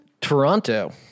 Toronto